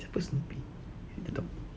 siapa snoopy at the top